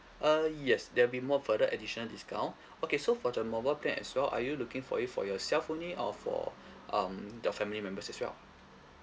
uh yes there'll be more further additional discount okay so for the mobile plan as well are you looking for it for yourself only or for um your family members as well